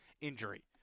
injury